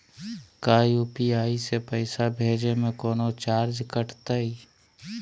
का यू.पी.आई से पैसा भेजे में कौनो चार्ज कटतई?